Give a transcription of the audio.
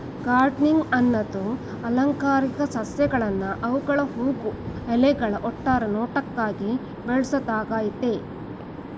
gardening ಅನ್ನದು ಅಲಂಕಾರಿಕ ಸಸ್ಯಗಳ್ನ ಅವ್ಗಳ ಹೂ ಎಲೆಗಳ ಒಟ್ಟಾರೆ ನೋಟಕ್ಕಾಗಿ ಬೆಳ್ಸೋದಾಗಯ್ತೆ